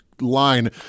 line